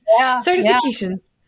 Certifications